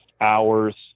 hours